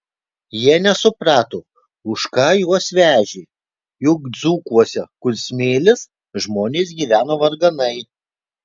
jie nesuprato už ką juos vežė juk dzūkuose kur smėlis žmonės gyveno varganai